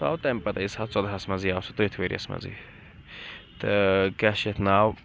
سُہ آو تَمہِ پَتہٕ آے سا ژۄدہَس منٛزی آو سُہ تٔتھۍ ؤریس منٛزٕے تہٕ کیاہ چھِ یتھ ناو